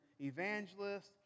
evangelists